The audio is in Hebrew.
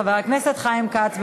חבר הכנסת חיים כץ,